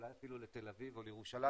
אולי אפילו לתל אביב או לירושלים.